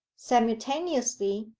simultaneously,